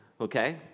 Okay